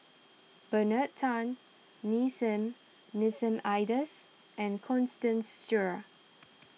Bernard Tan Nissim Nassim Adis and Constance Sheares